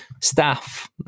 staff